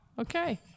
Okay